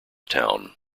town